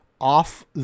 off